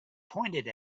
pointed